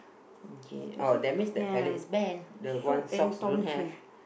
okay oh that means that fella is banned the one socks don't have